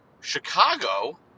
Chicago